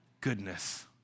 goodness